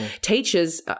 Teachers